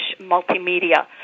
multimedia